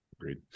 Agreed